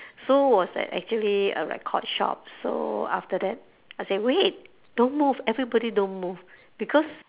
so was at actually a record shop so after that I say wait don't move everybody don't move because